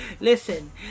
Listen